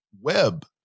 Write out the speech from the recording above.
web